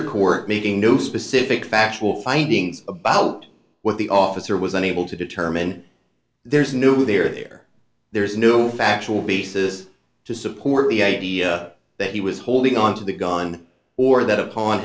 district court making no specific factual findings about what the officer was unable to determine there's a new there there is no factual basis to support the idea that he was holding onto the gun or that upon